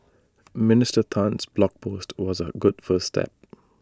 Minister Tan's blog post was A good first step